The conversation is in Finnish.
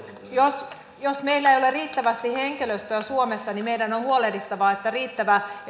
jos jos meillä ei ole riittävästi henkilöstöä suomessa niin meidän on on huolehdittava että esimerkiksi riittävä